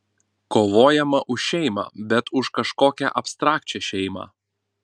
kovojama už šeimą bet už kažkokią abstrakčią šeimą